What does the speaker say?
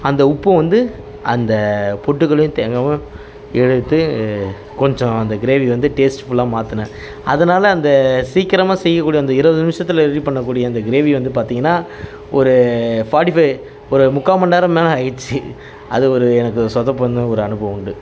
அந்த உப்பும் வந்து அந்த பொட்டுக்கடலையும் தேங்காயும் எடுத்து கொஞ்சம் அந்த கிரேவி வந்து டேஸ்ட்ஃபுல்லாக மாற்றுனேன் அதனால் அந்த சீக்கிரமாக செய்யக்கூடிய அந்த இருவது நிமிஷத்தில் ரெடி பண்ணக்கூடிய அந்த கிரேவி வந்து பார்த்தீங்கன்னா ஒரு ஃபார்ட்டி ஃபைவ் ஒரு முக்கால் மணிநேரம் மேல் ஆகிடுச்சி அது ஒரு எனக்கு சொதப்பல்னு ஒரு அனுபவம் உண்டு